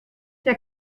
der